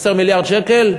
חסר מיליארד שקל?